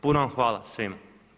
Puno vam hvala svima.